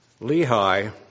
Lehi